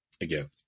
Again